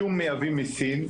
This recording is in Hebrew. שום מייבאים מסין,